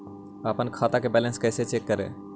अपन खाता के बैलेंस कैसे चेक करे?